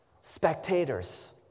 Spectators